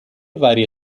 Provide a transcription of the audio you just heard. varie